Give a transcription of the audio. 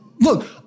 Look